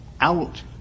out